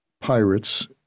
pirates